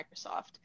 Microsoft